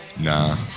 Nah